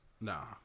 Nah